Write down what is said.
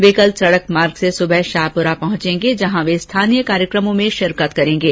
वे शनिवार को सड़क मार्ग से सुबह शाहपुरा पहुंचेंगे जहां वे स्थानीय कार्यक्रमों में भाग लेंगे